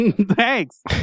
Thanks